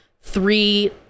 three